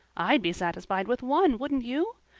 i'd be satisfied with one, wouldn't you?